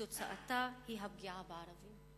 שתוצאתה היא פגיעה בערבים.